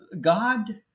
God